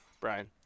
Brian